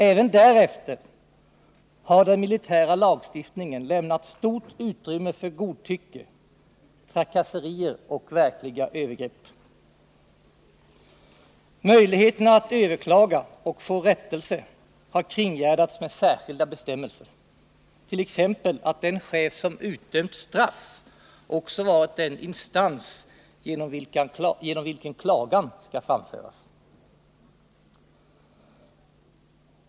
Även därefter har den militära lagstiftningen lämnat stort utrymme för godtycke, trakasserier och verkliga övergrepp. Möjligheterna att överklaga och få rättelse har kringgärdats med särskilda bestämmelser, t.ex. att den chef som utdömt straff också varit den instans genom vilken klagan skall framföras.